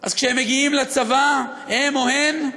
אז כשהם מגיעים לצבא, הם או הן,